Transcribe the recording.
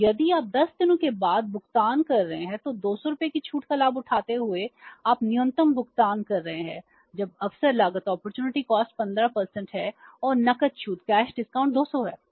और यदि आप 10 दिनों के बाद भुगतान कर रहे हैं तो 200 रुपये की छूट का लाभ उठाते हुए आप न्यूनतम भुगतान कर रहे हैं जब अवसर लागत 15 है और नकद छूट 200 है